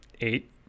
eight